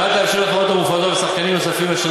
2. על מנת לאפשר לחברות המופרדות ולשחקנים נוספים אשר